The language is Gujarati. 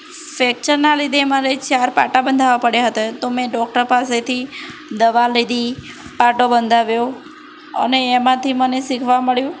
ફ્રેક્ચરનાં લીધે મારે ચાર પાટા બંધાવવા પડ્યા હતા તો તો મેં ડૉક્ટર પાસેથી દવા લીધી પાટો બંધાવ્યો અને એમાંથી મને શીખવા મળ્યું